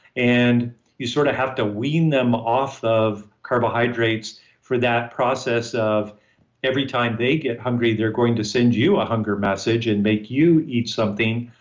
and you sort of have to wean them off of carbohydrates, for that process of every time they get hungry, they're going to send you a hunger message and make you eat something,